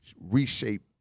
reshape